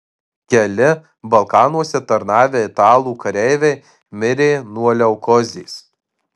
keli balkanuose tarnavę italų kareiviai mirė nuo leukozės